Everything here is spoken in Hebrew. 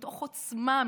מתוך עוצמה,